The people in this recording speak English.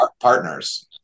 partners